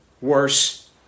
worse